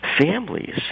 families